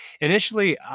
initially